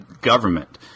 government